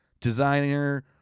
Designer